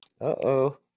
Uh-oh